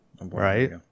right